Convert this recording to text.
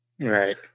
Right